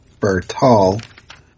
Bertal